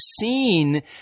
seen